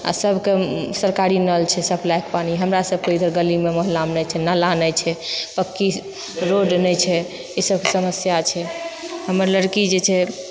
आ सबके सरकारी नल छै सप्लाइके पानि हमरा सबकेँ गली मोहल्लामे नहि छै नाला नहि छै पक्की रोड नहि छै ई सब समस्या छै हमर लड़की जे छै